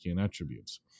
attributes